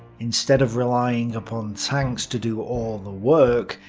instead of relying upon tanks to do all the work,